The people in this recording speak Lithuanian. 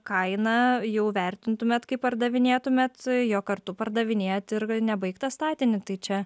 kainą jau vertintumėt kai pardavinėtumėt jog kartu pardavinėjat nebaigtą statinį tai čia